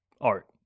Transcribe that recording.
art